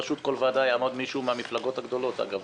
בראשות כל ועדה יעמוד מישהו מהמפלגות הגדולות אגב,